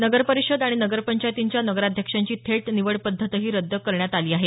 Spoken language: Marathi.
नगरपरिषद आणि नगरपंचायतींच्या नगराध्यक्षांची थेट निवड पद्धतही रद्द करण्यात आली आहे